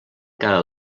cada